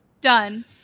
Done